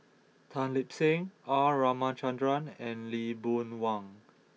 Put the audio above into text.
Tan Lip Seng R Ramachandran and Lee Boon Wang